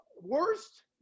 Worst